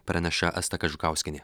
praneša asta kažukauskienė